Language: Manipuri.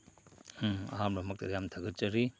ꯑꯍꯥꯟꯕ ꯃꯛꯇꯗ ꯌꯥꯝ ꯊꯥꯒꯠꯆꯔꯤ